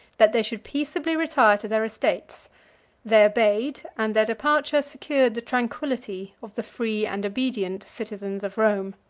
that they should peaceably retire to their estates they obeyed and their departure secured the tranquillity of the free and obedient citizens of rome.